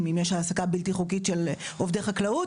אם יש העסקה בלתי חוקית של עובדי החקלאות,